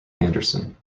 anderson